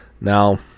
Now